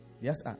Yes